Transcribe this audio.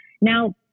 Now